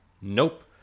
Nope